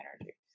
energy